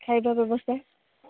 ଖାଇବା ବ୍ୟବସ୍ଥା